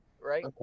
Right